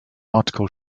article